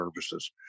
services